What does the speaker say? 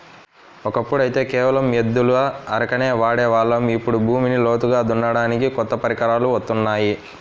ఒకప్పుడైతే కేవలం ఎద్దుల అరకనే వాడే వాళ్ళం, ఇప్పుడు భూమిని లోతుగా దున్నడానికి కొత్త పరికరాలు వత్తున్నాయి